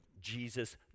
Jesus